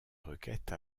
requêtes